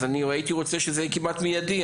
הייתי רוצה שזה יהיה כמעט מיידי,